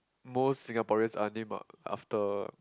most Singaporeans are named ah after